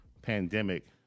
pandemic